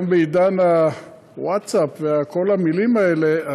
היום בעידן הווטסאפ וכל המילים האלה,